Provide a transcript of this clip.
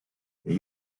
the